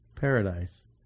paradise